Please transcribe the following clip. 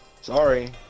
sorry